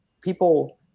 people